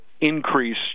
increase